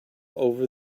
over